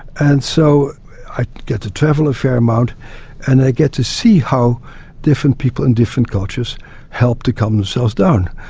and so i get to travel a fair amount and i get to see how different people in different cultures help to calm themselves down.